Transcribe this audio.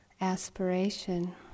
aspiration